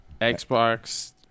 Xbox